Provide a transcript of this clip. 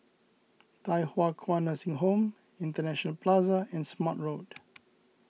Thye Hua Kwan Nursing Home International Plaza and Smart Road